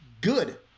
good